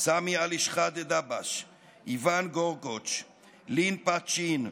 סאמי עלי שחאדה דבש, איוון גורגוש, ליו פה צ'ין,